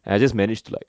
and I just managed to like